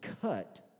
cut